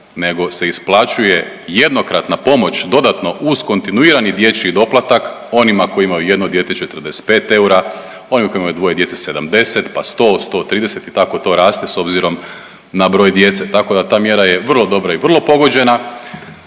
nego se isplaćuje jednokratna pomoć dodatno uz kontinuirani dječji doplatak onima koji imaju 1 dijete 45 eura, onima koji imaju 2 djece 70, pa 100, 130 i tako to raste s obzirom na broj djece. Tako da ta mjera je vrlo dobra i vrlo pogođena